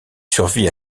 survit